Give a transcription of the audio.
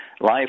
life